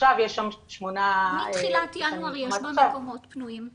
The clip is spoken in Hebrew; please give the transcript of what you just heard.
עכשיו יש שם שמונה --- מתחילת ינואר יש בה מקומות פנויים,